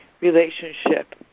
relationship